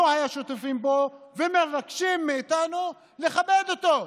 היו שותפים בו ומבקשים מאיתנו לכבד אותו.